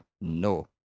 No